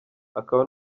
akaba